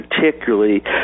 particularly